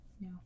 no